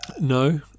No